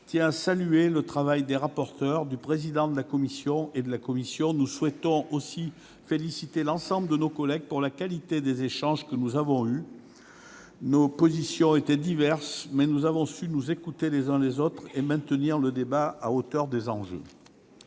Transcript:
tient à saluer le travail de la commission spéciale, de ses rapporteurs et de son président. Nous souhaitons aussi féliciter l'ensemble de nos collègues pour la qualité des échanges que nous avons eus : nos positions étaient diverses, mais nous avons su nous écouter les uns les autres et maintenir le débat à la hauteur des enjeux.